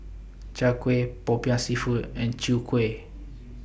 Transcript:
Chai Kuih Popiah Seafood and Chwee Kueh